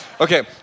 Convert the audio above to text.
Okay